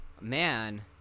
Man